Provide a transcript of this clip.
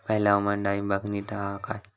हयला हवामान डाळींबाक नीट हा काय?